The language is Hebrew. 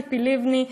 ציפי לבני,